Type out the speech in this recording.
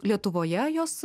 lietuvoje jos